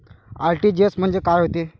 RTGS म्हंजे काय होते?